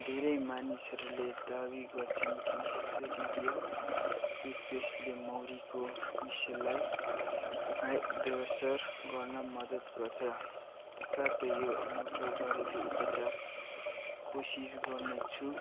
धेरै मानिसहरूले दावी गर्छन् कि शरीर या तुथपेस्टले मौरीको विषलाई हाइ बेअसर गर्न मद्दत गर्छ साथै यो अनौठो घरेलु उपचार कोसिस गर्नेछु